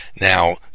Now